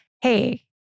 hey